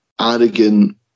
Arrogant